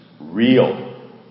real